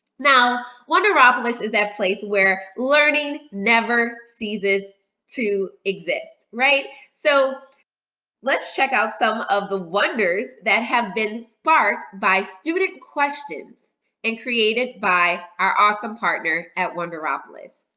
now wonderopolis is that place where learning never ceases to exist, right? so let's check out some of the wonders that have been sparked by student questions and created by our awesome partner at wonderopolis.